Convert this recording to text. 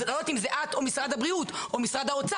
אז אני לא יודעת אם זאת את או משרד הבריאות או משרד האוצר,